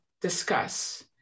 discuss